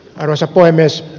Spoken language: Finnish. arvoisa puhemies